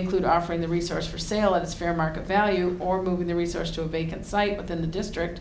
include offering the resource for sale of the fair market value or moving the resource to a bacon site within the district